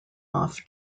off